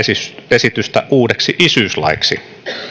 esitystä uudeksi isyyslaiksi